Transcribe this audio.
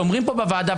כשאומרים פה בוועדה,